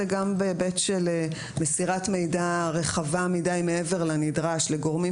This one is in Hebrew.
גם בהיבט של מסירת מידע רחבה מדי מעבר לנדרש לגורמים